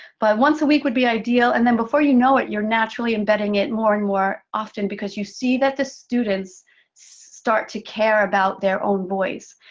but once a week would be ideal, and then before you know it, you're naturally embedding it more and more often because you see that the students start to care about their own voice.